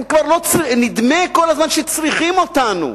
נדמה כל הזמן שצריכים אותנו,